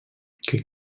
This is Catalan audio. que